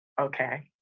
okay